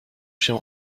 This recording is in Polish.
się